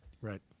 right